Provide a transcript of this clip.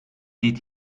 did